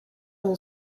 all